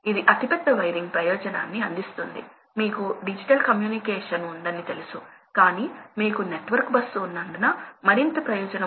fan size 100 ఆధారంగా ఎంపిక చేయబడుతుంది కానీ ఎక్కువ సమయం అది ఆ స్థాయిలో పనిచేయదు